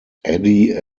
addie